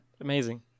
Amazing